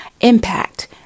impact